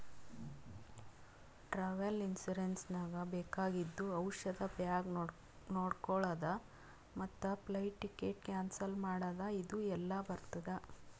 travel insurance ನಾಗ್ ಬೇಕಾಗಿದ್ದು ಔಷಧ ಬ್ಯಾಗ್ ನೊಡ್ಕೊಳದ್ ಮತ್ ಫ್ಲೈಟ್ ಟಿಕೆಟ್ ಕ್ಯಾನ್ಸಲ್ ಮಾಡದ್ ಇದು ಎಲ್ಲಾ ಬರ್ತುದ